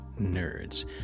nerds